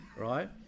right